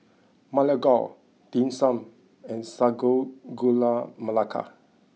Ma Lai Gao Dim Sum and Sago Gula Melaka